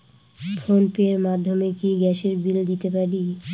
Phone pay র মাধ্যমে কি গ্যাসের বিল দিতে পারি?